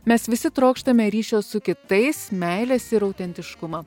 mes visi trokštame ryšio su kitais meilės ir autentiškumą